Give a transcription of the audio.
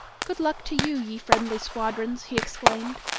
good luck to you, ye friendly squadrons, he exclaimed,